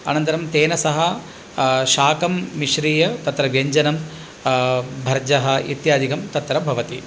अनन्तरं तेन सह शाकं मिश्रिय तत्र व्यञ्जनं भर्जः इत्यादिकं तत्र भवति